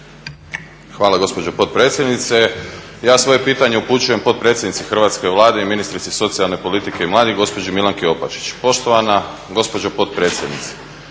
Hvala gospođo potpredsjednice. Ja svoje pitanje upućujem potpredsjednici Hrvatske vlade i ministrici socijalne politike i mladih gospođi Milanki Opačić. Poštovana gospođo potpredsjednice